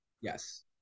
Yes